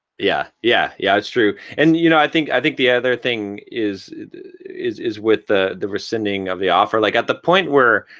yeah yeah, yeah. that's true, and you know i think i think the other thing is is is with the the rescinding of the offer. like at the point where.